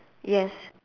yes